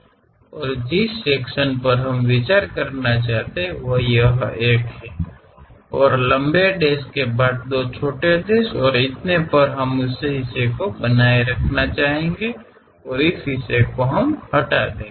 और जिस सेक्शन पर हम विचार करना चाहते हैं वह यह एक है और लंबे डैश के बाद दो छोटे डैश और इतने पर और हम उस हिस्से को बनाए रखना चाहेंगे और इस हिस्से को हटा देंगे